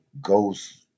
Ghost